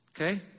Okay